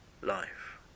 life